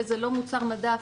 זה לא מוצר מדף